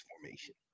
formation